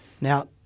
Now